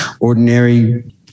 Ordinary